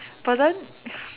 but then